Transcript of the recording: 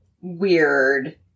weird